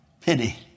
Pity